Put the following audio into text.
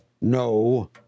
No